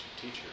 teacher